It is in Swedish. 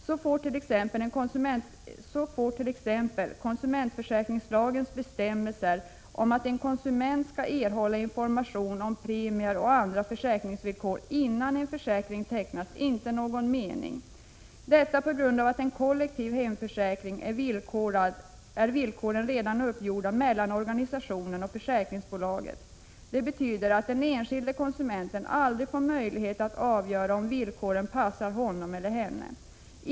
Så får t.ex. konsumentförsäkringslagens bestämmelser om att en konsument skall erhålla information om premier och andra försäkringsvillkor innan en försäkring tecknas inte någon mening, detta på grund av att villkoren i en kollektiv hemförsäkring redan är uppgjorda mellan organisationen och försäkringsbolaget. Det betyder att den enskilde konsumenten aldrig får möjlighet att avgöra om villkoren passar honom eller henne.